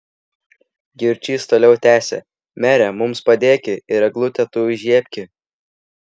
jurčys toliau tęsė mere mums padėki ir eglutę tu įžiebki